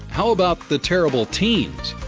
how about the terrible teens?